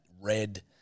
red